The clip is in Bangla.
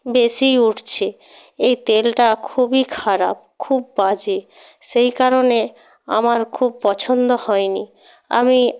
বেশিই উঠছে এই তেলটা খুবই খারাপ খুব বাজে সেই কারণে আমার খুব পছন্দ হয়নি আমি